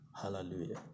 Hallelujah